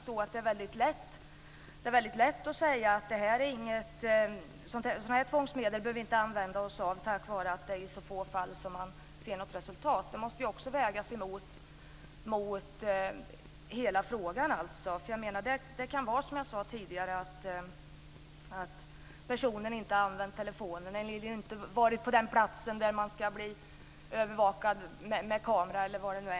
Det är väldigt lätt att säga att vi inte behöver använda oss av sådana här tvångsmedel eftersom det är så få fall där vi ser något resultat. Det måste också vägas mot hela frågan. Det kan vara så, som jag sade tidigare, att personen inte har använt telefonen, inte har varit på den plats där han skulle övervakas med kamera osv.